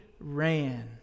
ran